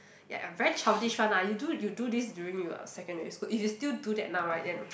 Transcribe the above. ya very childish one lah you do you do this during your secondary school if you still do that now right then